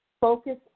focus